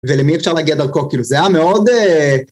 ולמי אפשר להגיע דרכו, כאילו זה היה מאוד...